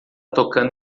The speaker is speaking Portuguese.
tocando